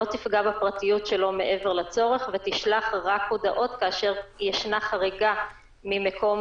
לא תפגע בפרטיות שלו מעבר לצורך ותשלח רק הודעות כאשר ישנה חריגה ממקום